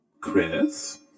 Chris